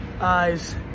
eyes